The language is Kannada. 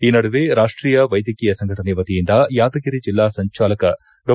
ಈ ನಡುವೆ ರಾಷ್ಟೀಯ ವೈದ್ಯಕೀಯ ಸಂಘಟನೆ ವತಿಯಿಂದ ಯಾದಗಿರಿ ಜಿಲ್ಲಾ ಸಂಜಾಲಕ ಡಾ